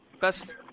best